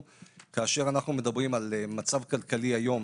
כאשר אנחנו מדברים על מצב כלכלי היום,